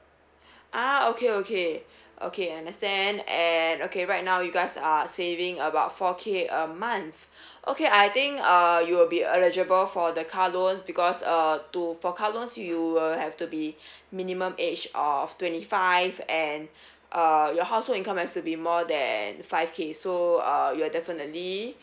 ah okay okay okay I understand and okay right now you guys are saving about four K a month okay I think uh you'll be eligible for the car loan because uh to for car loans you will have to be minimum age of twenty five and uh your household income has to be more than five K so uh you're definitely